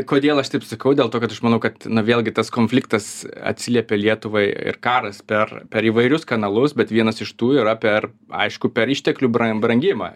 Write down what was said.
kodėl aš taip sakau dėl to kad aš manau kad na vėlgi tas konfliktas atsiliepia lietuvai ir karas per per įvairius kanalus bet vienas iš tų yra per aišku per išteklių bra brangimą